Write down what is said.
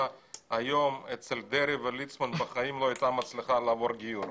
היום אצל דרעי וליצמן בחיים לא הייתה מצליחה לעבור גיור.